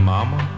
Mama